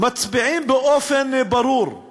מצביעים באופן ברור על